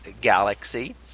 galaxy